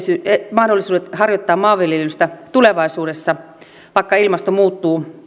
mahdollisuudet harjoittaa maanviljelystä tulevaisuudessa vaikka ilmasto muuttuu